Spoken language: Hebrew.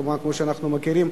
כמו שאנחנו מכירים,